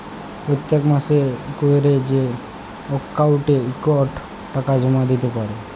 পত্তেক মাসে ক্যরে যে অক্কাউল্টে ইকট টাকা জমা দ্যিতে পারে